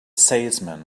salesman